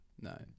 No